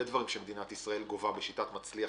דברים שמדינת ישראל גובה כסף בשיטת "מצליח"